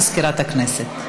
הודעה למזכירת הכנסת.